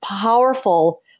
powerful